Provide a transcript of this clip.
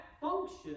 function